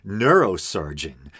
neurosurgeon